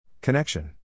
Connection